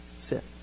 sit